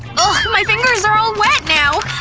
my fingers are all wet now.